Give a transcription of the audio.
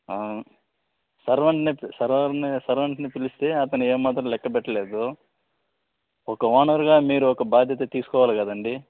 సర్వర్ని సర్వర్ని సర్వర్ని పిలిస్తే అతను ఏమాత్రం లెక్కబెట్టలేదు ఒక ఓనర్గా మీరొక భాద్యత తీసుకోవాలి కదండి